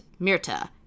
myrta